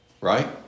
Right